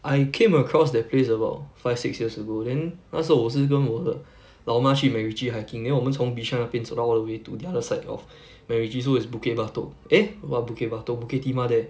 I came across that place about five six years ago then 那时侯我是跟我的老妈去 macritchie hiking then 我们从 bishan 那边走到 all the way to the other side of macritchie so is bukit batok eh what bukit batok bukit timah there